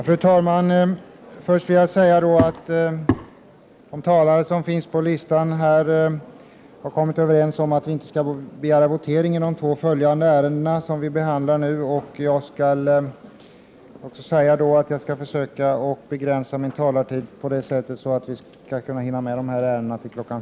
Fru talman! Först vill jag säga att de talare som har anmält sig till debatten i de två följande ärendena har kommit överens om att inte begära votering i dessa. Jag skall försöka begränsa min taletid, så att vi kan hinna med dessa ärenden till kl. 14.